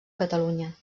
catalunya